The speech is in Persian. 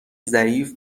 ضعیف